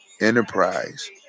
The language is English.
enterprise